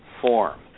form